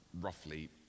roughly